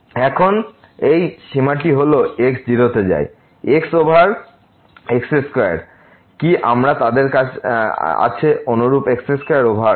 এবং এখন এই সীমাটি হল x 0 তে যায় x ওভার x2 কি আমরা তাদের আছে অনুরূপ x2 ওভার